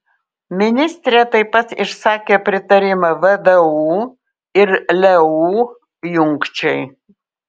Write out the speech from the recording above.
ministrė taip pat išsakė pritarimą vdu ir leu jungčiai